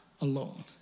alone